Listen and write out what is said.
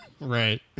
Right